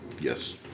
Yes